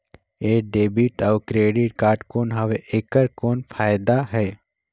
ये डेबिट अउ credit card कौन हवे एकर कौन फाइदा हे?